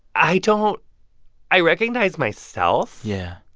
i don't i recognize myself. yeah.